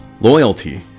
Loyalty